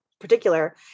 particular